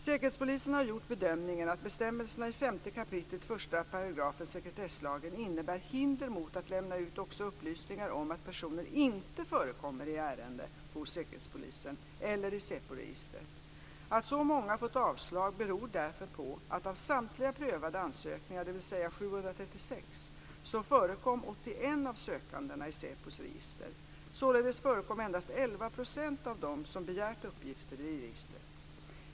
Säkerhetspolisen har gjort bedömningen att bestämmelsen i 5 kap. 1 § sekretesslagen innebär hinder mot att lämna ut också upplysningar om att personer inte förekommer i ärende hos Säkerhetspolisen eller i SÄPO-registret. Att så många fått avslag beror därför på att av samtliga prövade ansökningar, dvs. 736, förekom 81 av sökandena i SÄPO:s register. Således förekom endast 11 % av dem som begärt uppgifter i registret.